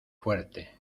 fuerte